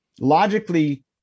logically